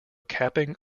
capping